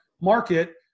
market